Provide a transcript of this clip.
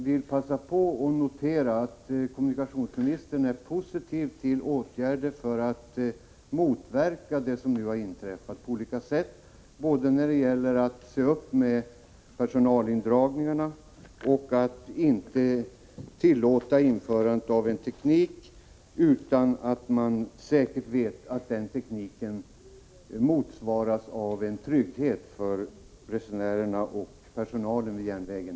Fru talman! Jag noterar att kommunikationsministern är positiv till åtgärder för att på olika sätt förhindra sådant som nu har inträffat. Det gäller att vara försiktig i fråga om både personalindragningar och införande av ny teknik. Man måste säkert veta att denna ger trygghet för resenärerna och personalen vid järnvägen.